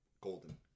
golden